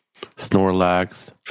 Snorlax